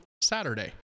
Saturday